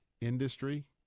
industry